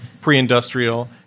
pre-industrial